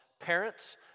parents